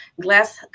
glass